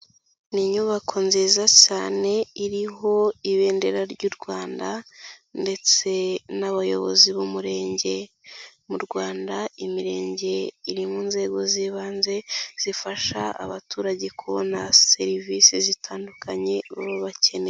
Ni inyubako nziza cyane iriho ibendera ry'u Rwanda ndetse n'abayobozi b'umurenge. Mu Rwanda imirenge iri mu nzego z'ibanze, zifasha abaturage kubona serivisi zitandukanye baba bakeneye.